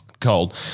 cold